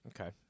okay